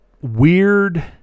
weird